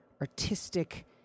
artistic